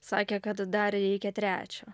sakė kad dar reikia trečio